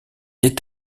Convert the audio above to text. est